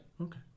okay